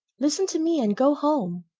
listen to me and go home.